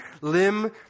limb